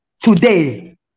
today